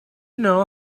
know